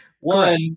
One